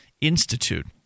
Institute